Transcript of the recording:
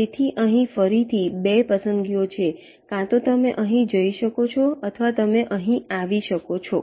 તેથી અહીં ફરીથી 2 પસંદગીઓ છે કાં તો તમે અહીં જઈ શકો છો અથવા તમે અહીં આવી શકો છો